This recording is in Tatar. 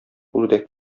үрдәк